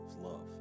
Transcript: love